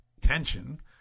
tension